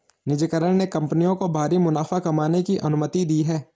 निजीकरण ने कंपनियों को भारी मुनाफा कमाने की अनुमति दी